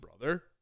brother